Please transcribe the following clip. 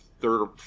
third